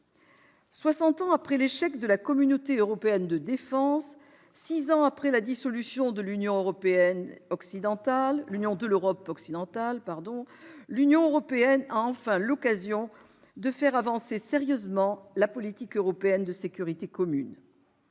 ans après l'échec de la Communauté européenne de défense, six ans après la dissolution de l'Union de l'Europe occidentale, l'Union européenne a enfin l'occasion de faire avancer sérieusement la politique européenne de sécurité commune.